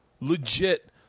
legit